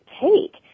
take